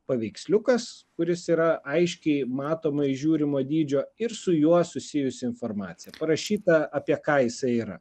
paveiksliukas kuris yra aiškiai matomai įžiūrimo dydžio ir su juo susijusi informacija parašyta apie ką isai yra